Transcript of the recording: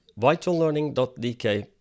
vitallearning.dk